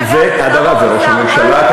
וראש הממשלה.